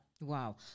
Wow